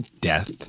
death